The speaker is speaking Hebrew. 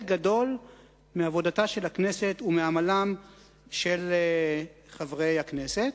גדול מעבודתה של הכנסת ומעמלם של חברי הכנסת.